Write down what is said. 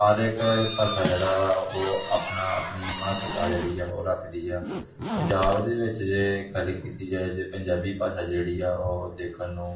ਹਰ ਇੱਕ ਭਾਸ਼ਾ ਜਿਹੜੀ ਵਾ ਉਹ ਆਪਣੀ ਆਪਣੀ ਮਹੱਤਤਾ ਜਿਹੜੀ ਹੈ ਉਹ ਰੱਖਦੀ ਆ ਪੰਜਾਬ ਦੇ ਵਿੱਚ ਜੇ ਗੱਲ ਕੀਤੀ ਜਾਏ ਤਾਂ ਪੰਜਾਬੀ ਭਾਸ਼ਾ ਜਿਹੜੀ ਆ ਉਹ ਦੇਖਣ ਨੂੰ